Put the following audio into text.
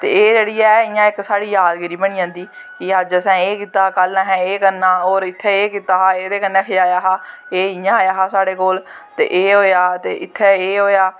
ते एह् इयां इक साढ़ी जादगिरी बनी जंदी ऐ कि अज्ज असें एह् कीता कल असें करना और इत्थैं एह् कीता हा एह्दे कन्नै एह् इयां आया हा साढ़े कोल ते एह् होआ इत्थें एह् होआ